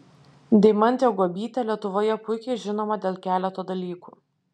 deimantė guobytė lietuvoje puikiai žinoma dėl keleto dalykų